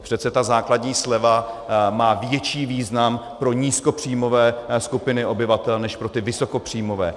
Přece ta základní sleva má větší význam pro nízkopříjmové skupiny obyvatel než pro ty vysokopříjmové.